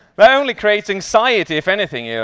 that only creates anxiety. if anything, you